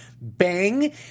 bang